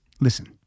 listen